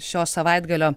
šio savaitgalio